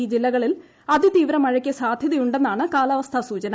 ഈ ജില്ലകളിൽ അതിതീവ്ര മഴയ്ക്ക് സാധ്യതയുണ്ടെന്നാണ് കാലാവസ്ഥാ സൂചന